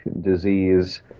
disease